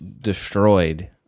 destroyed